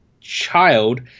child